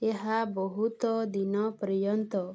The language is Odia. ଏହା ବହୁତ ଦିନ ପର୍ଯ୍ୟନ୍ତ